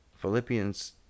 Philippians